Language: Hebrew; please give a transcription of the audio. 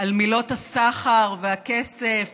על מילות הסחר והכסף